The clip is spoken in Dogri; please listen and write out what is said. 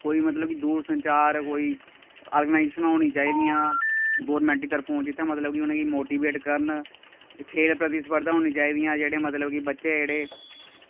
कोई मतलब कि दूर संचार कोई आर्गेनाइजेशनां होनी चाहिदियां गौरमेंट दी तरफा जित्थै मतलब कि उ'नेंगी मोटिवेट करन खेल प्रतिस्पर्धा होनी चाहिदियां जेह्ड़े मतलब कि बच्चे जेह्ड़े